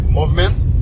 movements